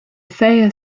thayer